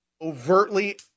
overtly